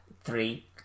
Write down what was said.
Three